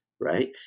right